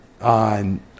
on